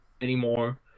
anymore